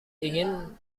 ingin